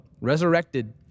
resurrected